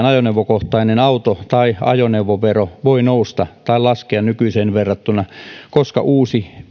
ajoneuvokohtainen auto tai ajoneuvovero voi nousta tai laskea nykyiseen verrattuna koska uusi